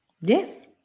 Yes